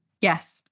Yes